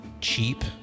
cheap